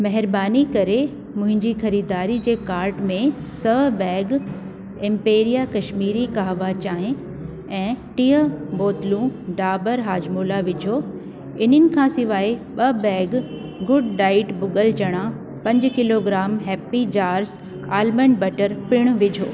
महिरबानी करे मुंहिंजी खरीदारी जे काट में सौ बैग एम्पेरिया कश्मीरी काहवा चांहि ऐं टीह बोतलूं डाबर हाजमोला विझो इन्हनि खां सवाइ ॿ बैग गुड डाइट भुगल चणा पंज kilogram happy jars almond butter पिण विझो